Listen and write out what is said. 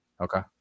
Okay